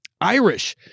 Irish